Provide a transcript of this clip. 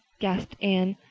gasped anne,